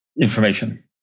information